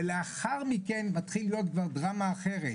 ולאחר מכן מתחיל כבר להיות דרמה אחרת,